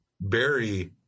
Barry